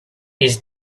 his